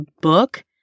book